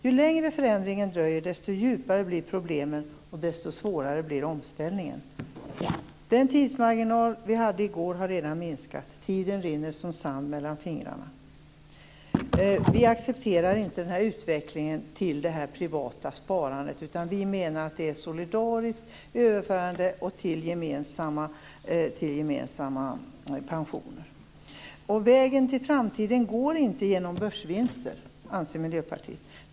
Ju längre förändringen dröjer, desto djupare blir problemen och desto svårare blir omställningen. Den tidsmarginal som vi hade i går har redan minskat. Tiden rinner som sand mellan fingrarna. Vi accepterar inte utvecklingen mot det här privata sparandet, utan vi menar att det är ett solidariskt överförande till gemensamma pensioner som det handlar om. Vägen till framtiden går inte via börsvinster, anser vi i Miljöpartiet.